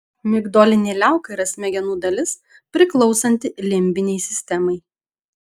migdolinė liauka yra smegenų dalis priklausanti limbinei sistemai